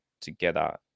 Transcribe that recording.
together